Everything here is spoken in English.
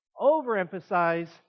overemphasize